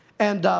and